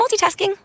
multitasking